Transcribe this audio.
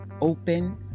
open